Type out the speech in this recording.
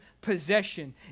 possession